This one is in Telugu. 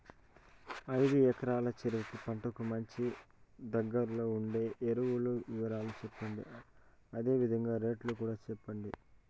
ఐదు ఎకరాల చెరుకు పంటకు మంచి, దగ్గర్లో ఉండే ఎరువుల వివరాలు చెప్పండి? అదే విధంగా రేట్లు కూడా చెప్పండి?